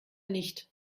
nicht